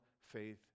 faith